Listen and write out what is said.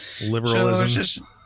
Liberalism